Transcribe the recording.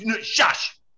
shush